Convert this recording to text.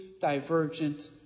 divergent